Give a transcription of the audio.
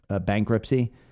bankruptcy